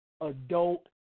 adult